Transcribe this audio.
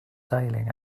sailing